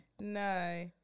No